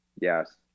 Yes